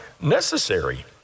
necessary